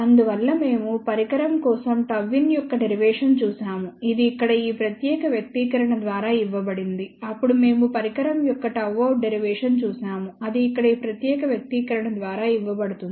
అందువల్ల మేము పరికరం కోసం Γin యొక్క డెరివేషన్ చూశాము ఇది ఇక్కడ ఈ ప్రత్యేక వ్యక్తీకరణ ద్వారా ఇవ్వబడింది అప్పుడు మేము పరికరం యొక్క Γout డెరివేషన్ చూశాము అది ఇక్కడ ఈ ప్రత్యేక వ్యక్తీకరణ ద్వారా ఇవ్వబడుతుంది